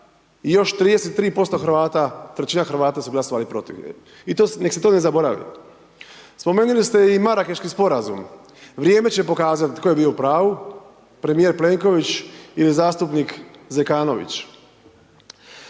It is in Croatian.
još 33% Hrvata, trećina Hrvata su u stvari bila protiv. I nek' se to ne zaboravi. Spomenuli ste i Marakeški sporazum, vrijeme će pokazati tko je bio u pravu, premijer Plenković ili zastupnik Zekanović.